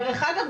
דרך אגב,